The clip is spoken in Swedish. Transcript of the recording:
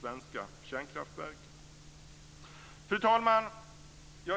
svenska kärnkraftverk. Fru talman!